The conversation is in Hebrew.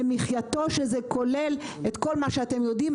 שזה כולל את כל מה שאתם יודעים,